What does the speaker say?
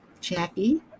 Jackie